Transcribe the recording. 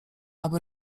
aby